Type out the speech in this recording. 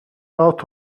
out